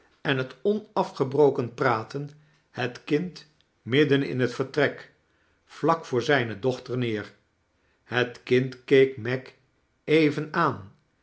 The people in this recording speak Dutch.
en het onafgebroken praten liet kind midden in het vertrek vlak voor zijne dochter neer het kind keek meg even aan